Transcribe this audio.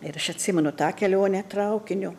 ir aš atsimenu tą kelionę traukiniu